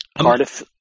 Cardiff